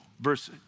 verse